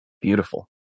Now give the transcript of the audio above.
Beautiful